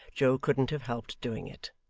joe couldn't have helped doing it.